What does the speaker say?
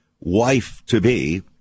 wife-to-be